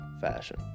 fashion